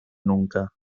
nunca